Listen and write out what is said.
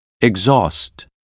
exhaust